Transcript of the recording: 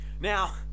now